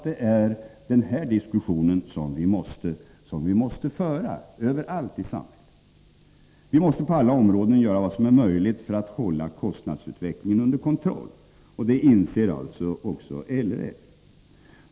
Det är den här diskussionen som vi måste föra överallt i samhället. Vi måste på alla områden göra vad som är möjligt för att hålla kostnadsutvecklingen under kontroll. Det inser alltså också LRF.